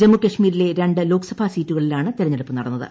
ജമ്മു കാശ്മീരിലെ രണ്ട് ലോക്സഭാ സീറ്റുകളിലാണ് തിരഞ്ഞെടുപ്പ് നടന്നത്